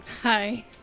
Hi